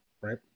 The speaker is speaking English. right